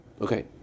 Okay